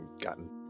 gotten